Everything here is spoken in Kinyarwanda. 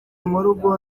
murugo